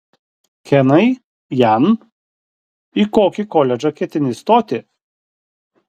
kenai jan į kokį koledžą ketini stoti